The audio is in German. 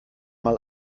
mal